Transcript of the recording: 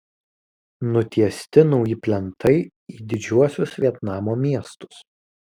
nutiesti nauji plentai į didžiuosius vietnamo miestus